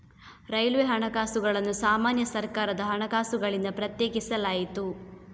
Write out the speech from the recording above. railway ಹಣಕಾಸುಗಳನ್ನು ಸಾಮಾನ್ಯ ಸರ್ಕಾರದ ಹಣಕಾಸುಗಳಿಂದ ಪ್ರತ್ಯೇಕಿಸಲಾಯಿತು